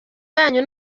yanyu